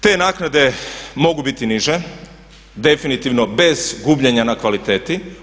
Te naknade mogu biti niže definitivno bez gubljena na kvaliteti.